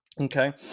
okay